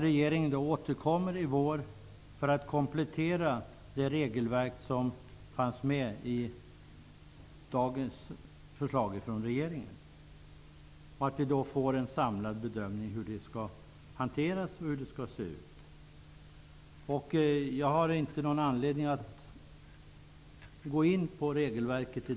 Regeringen återkommer i vår för att komplettera de regelverk som fanns med i dagens förslag från regeringen. Då får vi en samlad bedömning hur detta skall hanteras och se ut. Jag har ingen anledning att i dag gå in på regelverket.